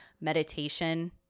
meditation